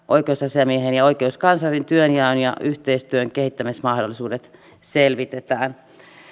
oikeusasiamiehen ja oikeuskanslerin työnjaon ja yhteistyön kehittämismahdollisuudet selvitetään